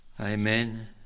Amen